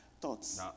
thoughts